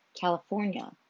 California